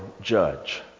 judge